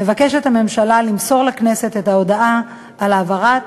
מבקשת הממשלה למסור לכנסת את ההודעה על העברת